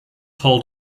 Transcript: hold